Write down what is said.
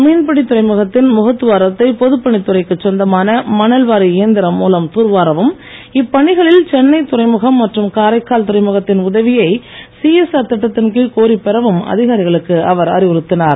மீன்பிடி துறைமுகத்தின் முகத்துவாரத்தை பொதுப்பணித்துறைக்கு சொந்தமான மணல்வாரி இயந்திரம் மூலம் தூர்வாரவும் இப்பணிகளில் சென்னை துறைமுகம் மற்றும் காரைக்கால் துறைமுகத்தின் உதவியை சிஎஸ்ஆர் திட்டத்தின்கீழ் கோரிப் பெறவும் அதிகாரிகளுக்கு அவர் அறிவுறுத்தினார்